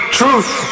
truth